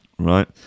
Right